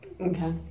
Okay